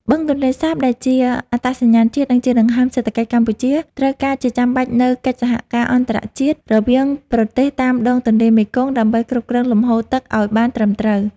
បឹងទន្លេសាបដែលជាអត្តសញ្ញាណជាតិ និងជាដង្ហើមសេដ្ឋកិច្ចកម្ពុជា ត្រូវការជាចាំបាច់នូវកិច្ចសហការអន្តរជាតិរវាងប្រទេសតាមដងទន្លេមេគង្គ ដើម្បីគ្រប់គ្រងលំហូរទឹកឱ្យបានត្រឹមត្រូវ។